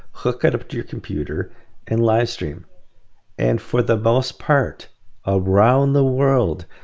hook it up to your computer and livestream and for the most part around the world,